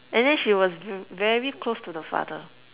and then she was v~ very close to the father